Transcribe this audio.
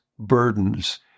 burdens